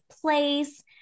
place